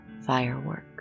firework